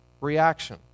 reaction